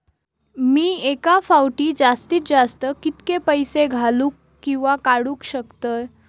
मी एका फाउटी जास्तीत जास्त कितके पैसे घालूक किवा काडूक शकतय?